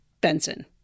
Benson